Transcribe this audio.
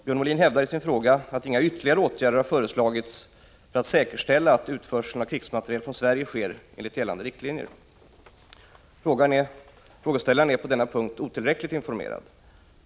Björn Molin hävdar i sin fråga att inga ytterligare åtgärder har föreslagits för att säkerställa att utförseln av krigsmateriel från Sverige sker enligt gällande riktlinjer. Frågeställaren är på denna punkt otillräckligt informerad.